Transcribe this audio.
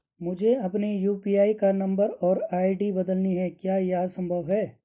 मुझे अपने यु.पी.आई का नम्बर और आई.डी बदलनी है क्या यह संभव है?